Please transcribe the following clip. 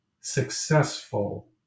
successful